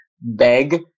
beg